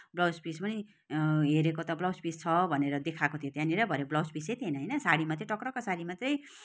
blouse piece पनि हेरेको त ब्लाउज पिस छ भनेर देखाएको थियो त्यहाँनिर भरे ब्लाउज पिसै थिएन होइन साडी मात्रै टक्रक्क साडी मात्रै